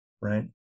right